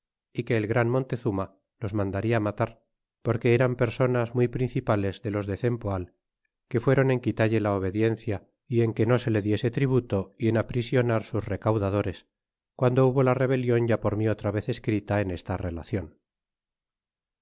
nosotros que el gran montezuma los mandarla matar porque eran personas muy principales de los de cempoal que fueron en quitalle la obediencia en que no se le diese tributo y en aprisionar sus recaudadores guando hubo la rebelion ya por mi otra vez escrita en esta relacion